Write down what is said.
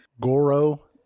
Goro